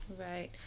Right